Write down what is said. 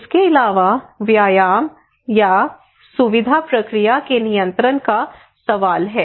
इसके अलावा व्यायाम या सुविधा प्रक्रिया के नियंत्रण का सवाल है